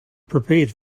prepared